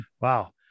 wow